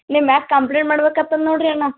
ನಿಮ್ಮ ಮೇಲ್ ಕಂಪ್ಲೇಂಟ್ ಮಾಡ್ಬೇಕಾಗ್ತದ್ ನೋಡ್ರಿ ಅಣ್ಣ